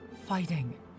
fighting